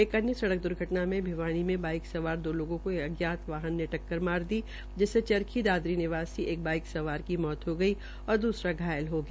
एक अन्य सड़क द्र्घटन में भिवानी में बाइक सवार दो लोगों को एक अज्ञातवाहन ने टककर मार दी जिसमें चरखी दादरी निवासी एक बाइक सवार की मौत हो गई और दूसरा घायल हो गया